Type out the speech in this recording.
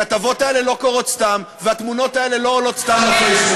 הכתבות האלה לא קורות סתם והתמונות האלה לא עולות סתם לפייסבוק.